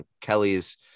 kelly's